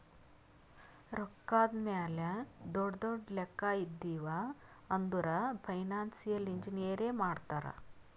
ರೊಕ್ಕಾದ್ ಮ್ಯಾಲ ದೊಡ್ಡು ದೊಡ್ಡು ಲೆಕ್ಕಾ ಇದ್ದಿವ್ ಅಂದುರ್ ಫೈನಾನ್ಸಿಯಲ್ ಇಂಜಿನಿಯರೇ ಮಾಡ್ತಾರ್